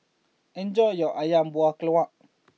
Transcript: enjoy your Ayam Buah Keluak